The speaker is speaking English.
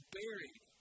buried